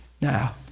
now